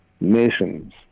nations